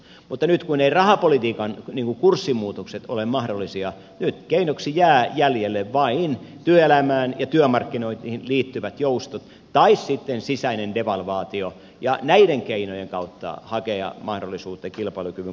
mutta nyt kun eivät rahapolitiikan kurssimuutokset ole mahdollisia keinoksi jäävät jäljelle vain työelämään ja työmarkkinoihin liittyvät joustot tai sitten sisäinen devalvaatio ja näiden keinojen kautta voi hakea mahdollisuutta kilpailukyvyn parantamiseen